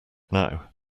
now